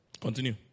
Continue